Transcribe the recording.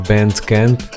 Bandcamp